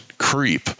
creep